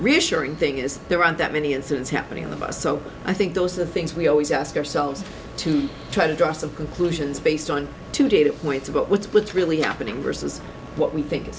reassuring thing is there aren't that many incidents happening in the us so i think those are the things we always ask ourselves to try to just of conclusions based on two data points about what's bits really happening versus what we think